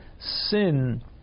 sin